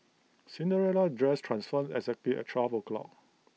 Cinderella's dress transformed exactly at twelve o'clock